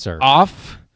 Off